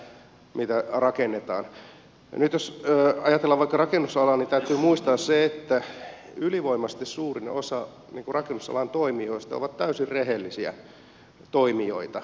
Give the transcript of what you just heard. jos ajatellaan vaikka rakennusalaa niin täytyy muistaa se että ylivoimaisesti suurin osa rakennusalan toimijoista on täysin rehellisiä toimijoita